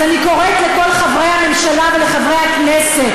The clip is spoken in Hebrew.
אז אני קוראת לכל חברי הממשלה ולחברי הכנסת: